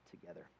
together